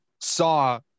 saw